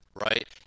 Right